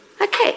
Okay